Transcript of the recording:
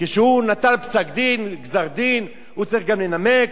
כשהוא נתן פסק-דין, גזר-דין, הוא צריך גם לנמק,